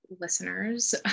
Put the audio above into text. listeners